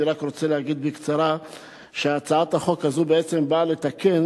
אני רק רוצה להגיד בקצרה שהצעת החוק בעצם באה לתקן